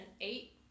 eight